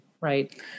right